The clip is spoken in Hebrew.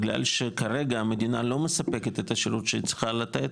בגלל שכרגע המדינה לא מספקת את השירות שהיא צריכה לתת,